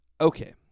Okay